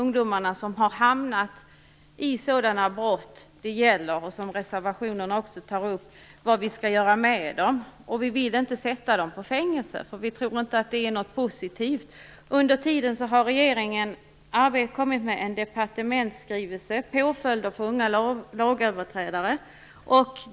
Reservationen tar också upp vad vi skall göra med de ungdomar som har hamnat i sådana brott. Vi vill inte sätta dem i fängelse - vi tror inte att det är något positivt. Under vårt arbete med påföljdsfrågan har regeringen kommit med en departementsskrivelse - Påföljder för unga lagöverträdare.